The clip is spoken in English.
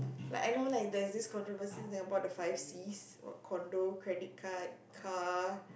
like I know like there's this controversy in Singapore the five Cs what Condo Credit Card Car